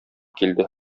килде